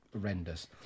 horrendous